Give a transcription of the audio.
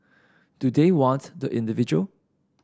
do they want the individual